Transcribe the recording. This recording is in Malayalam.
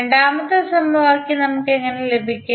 രണ്ടാമത്തെ സമവാക്യം നമുക്ക് എങ്ങനെ ലഭിക്കും